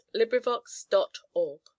LibriVox.org